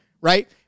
right